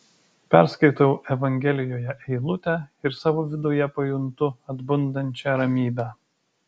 perskaitau evangelijoje eilutę ir savo viduje pajuntu atbundančią ramybę